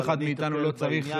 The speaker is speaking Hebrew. אף אחד מאיתנו לא צריך,